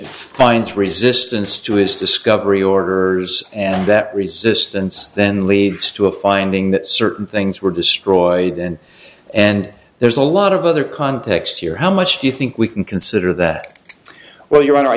finds resistance to his discovery orders and that resistance then leads to a finding that certain things were destroyed and and there's a lot of other context here how much do you think we can consider that well your honor i